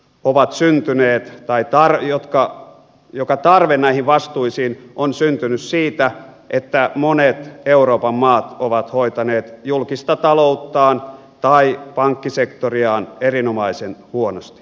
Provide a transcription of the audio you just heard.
ovat syntyneet tai tarjotkaa joihin tarve on syntynyt siitä että monet euroopan maat ovat hoitaneet julkista talouttaan tai pankkisektoriaan erinomaisen huonosti